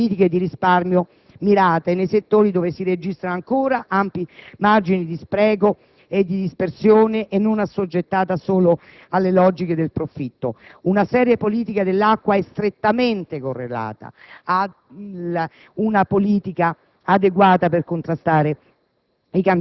deve essere sempre più indirizzata verso politiche di risparmio mirate nei settori in cui si registrano ancora ampi margini di spreco o di dispersione, senza che tale risorsa sia assoggettata solo alle logiche del profitto. Una seria politica dell'acqua, infatti, è strettamente correlata ad una politica